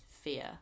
fear